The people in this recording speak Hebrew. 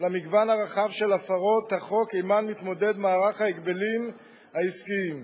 למגוון הרחב של הפרות החוק שעמן מערך ההגבלים העסקיים מתמודד.